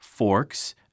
forks